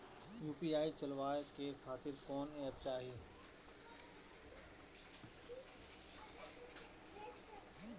UPI चलवाए के खातिर कौन एप चाहीं?